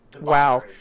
wow